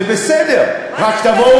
זה בסדר, רק תבואו